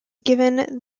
given